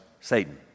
Satan